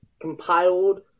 compiled